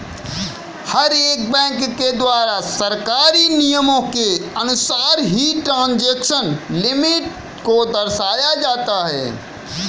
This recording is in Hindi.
हर एक बैंक के द्वारा सरकारी नियमों के अनुसार ही ट्रांजेक्शन लिमिट को दर्शाया जाता है